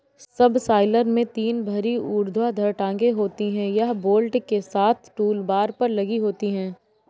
subsoiler में तीन भारी ऊर्ध्वाधर टांगें होती हैं, यह बोल्ट के साथ टूलबार पर लगी होती हैं